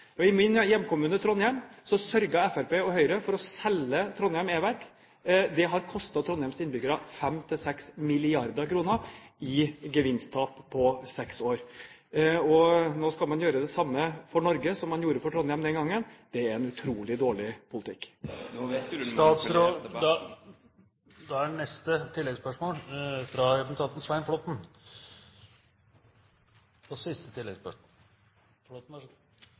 I min hjemkommune, Trondheim, sørget Fremskrittspartiet og Høyre for å selge Trondheim Everk. Det har kostet Trondheims innbyggere 5–6 mrd. kr i gevinsttap på seks år. Nå skal man gjøre det samme for Norge som man gjorde for Trondheim den gangen. Det er en utrolig dårlig politikk. Svein Flåtten – til oppfølgingsspørsmål. Jeg vil gjerne forfølge sporet med lokale kraftverk og